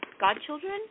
godchildren